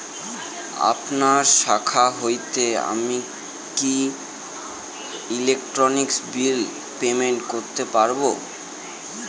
আপনার শাখা হইতে আমি কি ইলেকট্রিক বিল পেমেন্ট করতে পারব?